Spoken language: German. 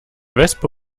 wespe